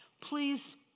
please